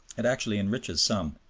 it actually enriches some.